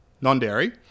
Non-dairy